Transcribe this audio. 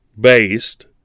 based